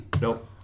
Nope